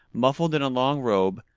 muffled in a long robe,